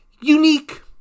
unique